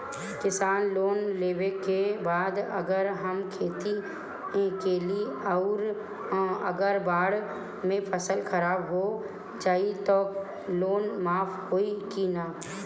किसान लोन लेबे के बाद अगर हम खेती कैलि अउर अगर बाढ़ मे फसल खराब हो जाई त लोन माफ होई कि न?